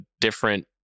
different